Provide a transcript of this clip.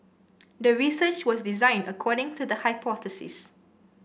the research was designed according to the hypothesis